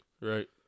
Right